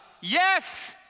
Yes